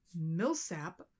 Millsap